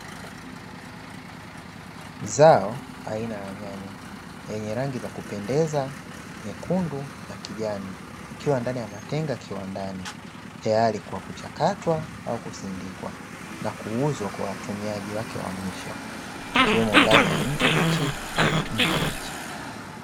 Zao aina ya nyanya lenye rangi za kupendeza nyekundu na kijani, likiwa ndani ya matenga kiwandani tayari kwa kuchakatwa au kusindikwa na kuuzwa kwa watumiaji wake wa mwisho, ikiwemo ndani ya nchi ama nje ya nchi.